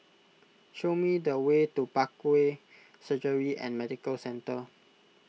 show me the way to Parkway Surgery and Medical Centre